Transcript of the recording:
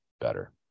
better